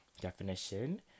definition